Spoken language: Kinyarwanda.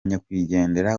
nyakwigendera